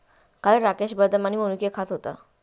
काल राकेश बदाम आणि मनुके खात होता